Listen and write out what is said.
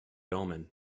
omen